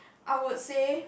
I would say